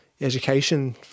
education